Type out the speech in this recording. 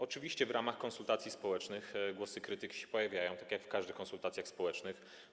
Oczywiście w ramach konsultacji społecznych głosy krytyki się pojawiają, tak jak w każdych konsultacjach społecznych.